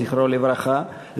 זכרו לברכה,